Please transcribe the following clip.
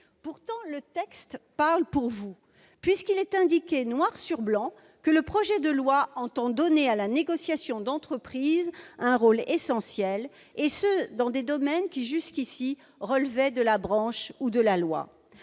Pourtant, le texte parle pour vous : il y est indiqué noir sur blanc que le projet de loi entend donner à la négociation d'entreprise un rôle essentiel, et ce dans des domaines qui, jusqu'ici, relevaient de la branche ou de la loi.